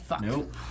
Nope